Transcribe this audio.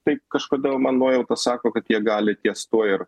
taip kažkodėl man nuojauta sako kad jie gali ties tuo ir